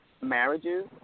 marriages